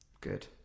Good